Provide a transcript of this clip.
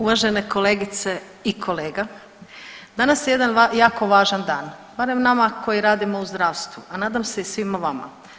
Uvažene kolegice i kolega, danas je jedan jako važan dan barem nama koji radimo u zdravstvu a nadam se i svima vama.